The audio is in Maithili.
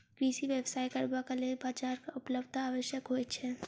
कृषि व्यवसाय करबाक लेल बाजारक उपलब्धता आवश्यक होइत छै